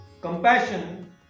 compassion